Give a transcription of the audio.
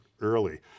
early